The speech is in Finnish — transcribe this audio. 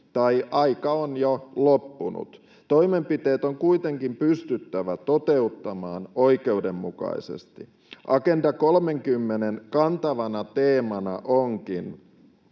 on aika jo loppunut. Toimenpiteet on kuitenkin pystyttävä toteuttamaan oikeudenmukaisesti. Agenda 30:n kantavana teemana onkin,